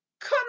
Come